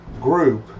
group